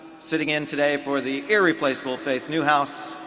sitting in today for the irreplaceable faith newhouse,